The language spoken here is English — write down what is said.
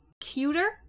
cuter